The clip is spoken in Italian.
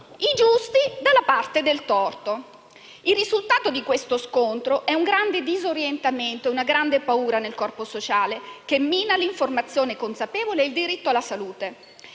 i giusti dalla parte del torto. Il risultato di questo scontro è un grande disorientamento, una grande paura nel corpo sociale, che mina l'informazione consapevole e il diritto alla salute.